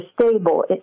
stable